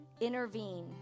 intervene